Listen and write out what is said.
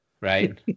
right